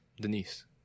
Denise